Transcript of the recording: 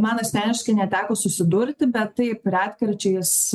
man asmeniškai neteko susidurti bet taip retkarčiais